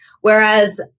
whereas